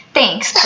Thanks